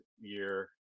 year